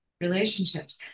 relationships